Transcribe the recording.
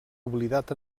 oblidat